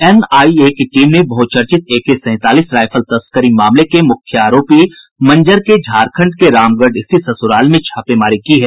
NIA की team ने बहुचर्चित एकेसैंतालीस राइफल तस्करी मामले के मुख्य आरोपी मंजर के झारखंड के रामगढ़ स्थित ससुराल में छापेमारी की है